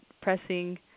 pressing